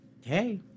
hey